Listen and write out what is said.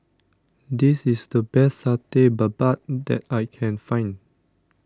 this is the best Satay Babat that I can find